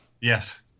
Yes